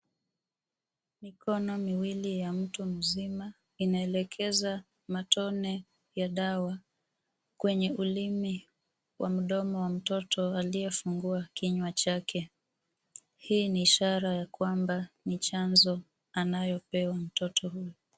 Mikono miwili ya mtu mzima inaelekeza matone ya dawa kwenye ulimi wa mdomo wa mtoto aliyefungua kinywa chake. Hii ni ishara ya kwamba ni chanjo anayopewa mtoto huyo.